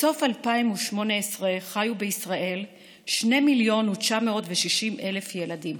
בסוף 2018 חיו בישראל 2,960,000 ילדים.